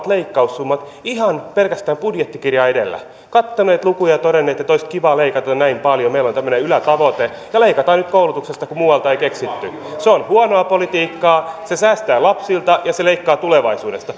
leikkaussummat ihan pelkästään budjettikirja edellä katsoneet lukuja ja todenneet että olisi kivaa leikata näin meillä on tämmöinen ylätavoite ja leikataan nyt koulutuksesta kun muualta ei keksitty se on huonoa politiikkaa se säästää lapsilta ja se leikkaa tulevaisuudesta